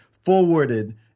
forwarded